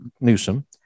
Newsom